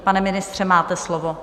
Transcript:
Pane ministře, máte slovo.